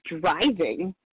driving